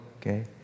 okay